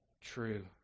true